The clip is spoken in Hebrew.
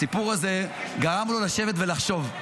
הסיפור הזה גרם לו לשבת ולחשוב,